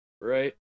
right